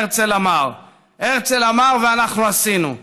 "הרצל אמר"; "הרצל אמר" ואנחנו עשינו.